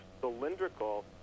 cylindrical